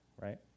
Right